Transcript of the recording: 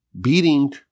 beating